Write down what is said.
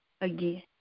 again